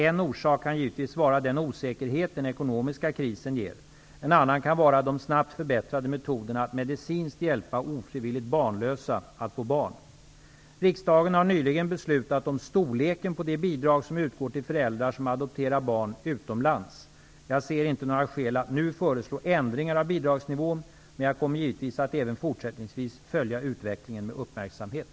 En orsak kan givetvis vara den osäkerhet den ekonomiska krisen ger. En annan kan vara de snabbt förbättrade metoderna att medicinskt hjälpa ofrivilligt barnlösa att få barn. Riksdagen har nyligen beslutat om storleken på det bidrag som utgår till föräldrar som adopterar barn utomlands. Jag ser inte några skäl att nu föreslå ändringar av bidragsnivån, men jag kommer givetvis att även fortsättningsvis följa utvecklingen med uppmärksamhet.